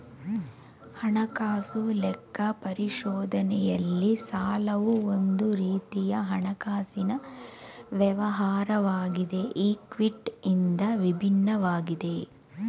ಹಣಕಾಸು ಲೆಕ್ಕ ಪರಿಶೋಧನೆಯಲ್ಲಿ ಸಾಲವು ಒಂದು ರೀತಿಯ ಹಣಕಾಸಿನ ವ್ಯವಹಾರವಾಗಿದೆ ಈ ಕ್ವಿಟಿ ಇಂದ ವಿಭಿನ್ನವಾಗಿದೆ